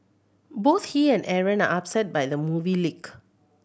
both he and Aaron are upset by the movie leak